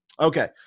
Okay